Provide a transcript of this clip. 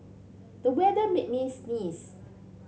the weather made me sneeze